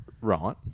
Right